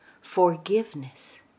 forgiveness